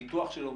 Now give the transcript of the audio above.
הניתוח שלו,